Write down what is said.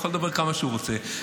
הוא יכול לדבר כמה שהוא רוצה.